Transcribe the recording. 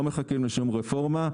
לא מחכים לשום רפורמה,